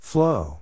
Flow